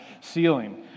ceiling